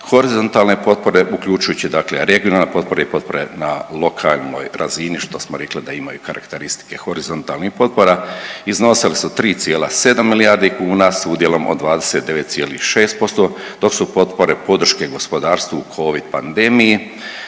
Horizontalne potpore uključujući dakle regionalne potpore i potpore na lokalnoj razini što smo rekli da imaju karakteristike horizontalnih potpora iznosile su 3,7 milijardi kuna s udjelom od 29,6% dok su potpore podrške gospodarstvu u covid pandemiji